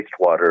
wastewater